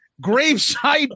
graveside